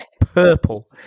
purple